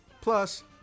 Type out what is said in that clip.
plus